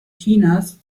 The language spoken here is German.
chinas